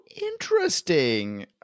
interesting